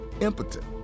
impotent